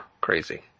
crazy